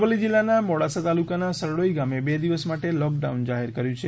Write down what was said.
અરવલ્લી જિલ્લાના મોડાસા તાલુકાના સરેડાઈ ગામે બે દિવસ માટે લોકડાઉન જાહેર કર્યું છે